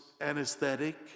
anesthetic